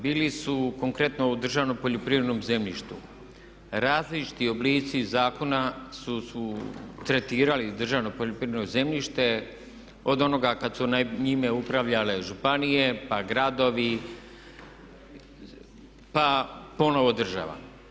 Bili su konkretno u državnom poljoprivrednom zemljištu različiti oblici zakona su tretirali državno poljoprivredno zemljište od onoga kad su njime upravljale županije, pa gradovi, pa ponovo država.